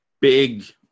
big